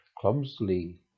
clumsily